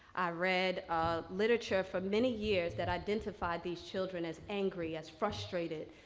i read literature for many years that identified these children as angry, as frustrated,